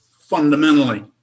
fundamentally